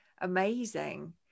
amazing